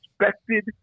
expected